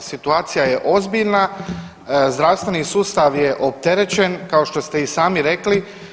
Situacija je ozbiljna, zdravstveni sustav je opterećen kao što ste i sami rekli.